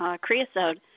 creosote